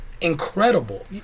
incredible